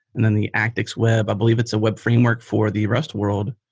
then the actix web. i believe it's a web framework for the rust world.